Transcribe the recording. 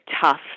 tough